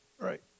right